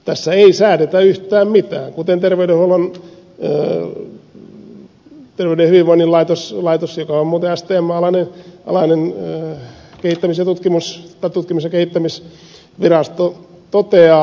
tässä ei säädetä yhtään mitään kuten terveyden ja hyvinvoinnin laitos joka on muuten stmn alainen tutkimus ja kehittämisvirasto toteaa